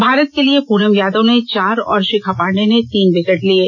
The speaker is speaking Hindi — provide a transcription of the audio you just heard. भारत के लिए पुनम यादव ने चार और षिखा पांडेय ने तीन विकेट लिये